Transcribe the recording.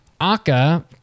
Aka